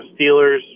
Steelers